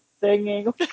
singing